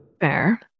Fair